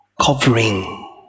covering